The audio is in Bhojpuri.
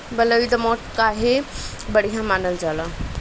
बलुई दोमट काहे बढ़िया मानल जाला?